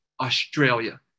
Australia